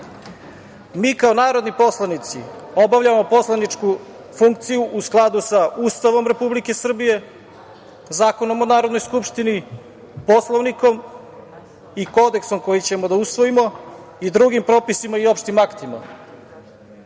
kao narodni poslanici obavljamo poslaničku funkciju u skladu sa Ustavom Republike Srbije, Zakonom o Narodnoj skupštini, Poslovnikom i kodeksom koji ćemo da usvojimo, kao i drugim propisima i opštim aktima.